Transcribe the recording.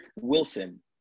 Wilson